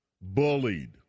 Bullied